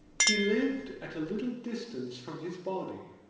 he lived at a little distance from his body,